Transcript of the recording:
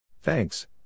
Thanks